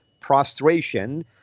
prostration